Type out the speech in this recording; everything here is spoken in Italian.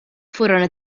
furono